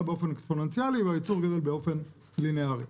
באופן אקספוננציאלי והייצור גדל באופן ליניארי.